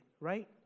right